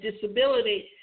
disability